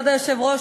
כבוד היושב-ראש,